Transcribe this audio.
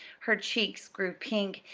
her cheeks grew pink,